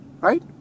Right